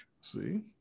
See